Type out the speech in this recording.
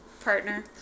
partner